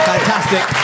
Fantastic